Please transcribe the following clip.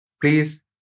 Please